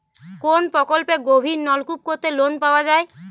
কোন প্রকল্পে গভির নলকুপ করতে লোন পাওয়া য়ায়?